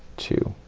two,